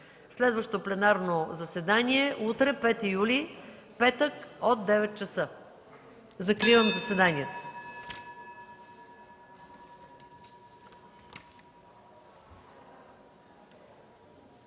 Следващото пленарно заседание е утре, 5 юли 2013 г., петък от 9,00 ч. Закривам заседанието.